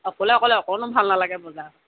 অকলে অকলে অকণো ভাল নালাগে বজাৰত